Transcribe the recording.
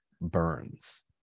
burns